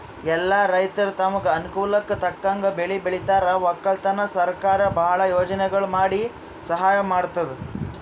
ಎಲ್ಲಾ ರೈತರ್ ತಮ್ಗ್ ಅನುಕೂಲಕ್ಕ್ ತಕ್ಕಂಗ್ ಬೆಳಿ ಬೆಳಿತಾರ್ ವಕ್ಕಲತನ್ಕ್ ಸರಕಾರ್ ಭಾಳ್ ಯೋಜನೆಗೊಳ್ ಮಾಡಿ ಸಹಾಯ್ ಮಾಡ್ತದ್